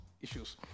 issues